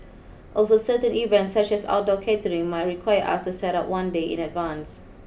also certain events such as outdoor catering might require us to set up one day in advance